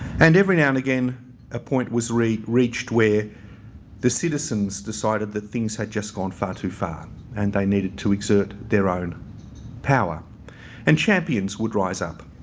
and every now and again a point was reached where the citizens decided that things had just gone far too far and they needed to exert their own power and champions would rise up.